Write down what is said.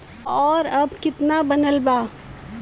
और अब कितना बनल बा?